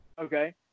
Okay